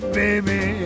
baby